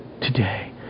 today